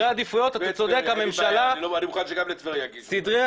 אני מוכן שיגישו גם לגבי טבריה.